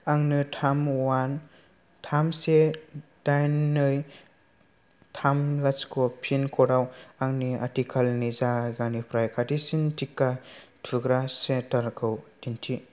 आंनो थाम अवान थाम से दाइन नै थाम लाथिख' पिन कड आव आंनि आथिखालनि जायगानिफ्राय खाथिसिन टिका थुग्रा सेन्टारखौ दिन्थि